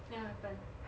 then what happened